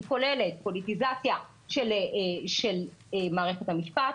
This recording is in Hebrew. היא כוללת פוליטיזציה של מערכת המשפט,